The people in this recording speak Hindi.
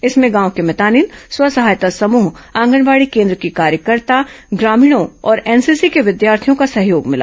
इसमें गांव की मितानिन स्व सहायता समूह आंगनबाड़ी केन्द्र की कार्यकर्ता ग्रामीणों और एनसीसी के विद्यार्थियों का सहयोग मिला